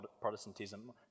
Protestantism